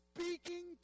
speaking